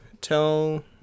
Tell